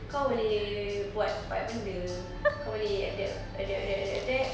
kau boleh buat banyak benda kau boleh adapt adapt adapt adapt adapt